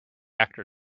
actor